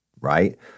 right